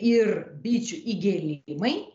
ir bičių įgėlimai